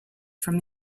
from